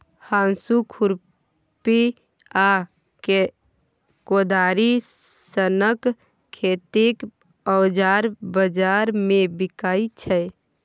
हाँसु, खुरपी आ कोदारि सनक खेतीक औजार बजार मे बिकाइ छै